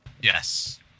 Yes